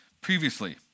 previously